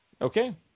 Okay